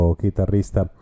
chitarrista